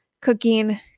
cooking